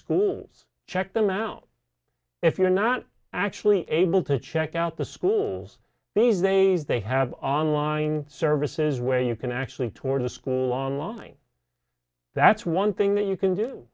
schools check them out if you're not actually able to check out the schools these days they have online services where you can actually toward a school online that's one thing that you can do